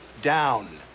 down